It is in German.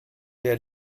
der